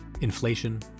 Inflation